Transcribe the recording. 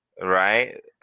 Right